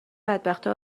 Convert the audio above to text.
بدبختا